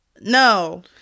no